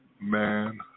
Man